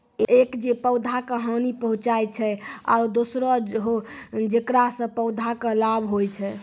एक जे पौधा का हानि पहुँचाय छै आरो दोसरो हौ जेकरा सॅ पौधा कॅ लाभ होय छै